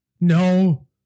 No